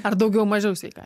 ar daugiau mažiau sveikai